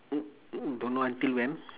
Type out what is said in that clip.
don't know until when